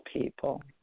people